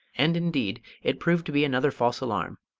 and indeed it proved to be another false alarm,